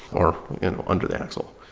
or under the axle?